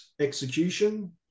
execution